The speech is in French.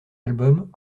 album